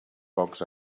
pocs